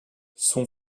son